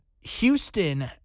Houston